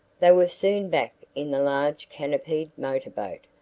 they were soon back in the large canopied motorboat,